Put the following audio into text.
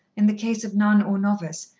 in the case of nun or novice,